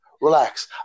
Relax